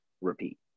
repeat